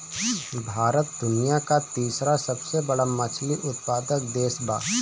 भारत दुनिया का तीसरा सबसे बड़ा मछली उत्पादक देश बा